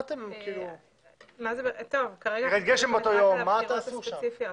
אם ירד גשם באותו יום, מה תעשו שם?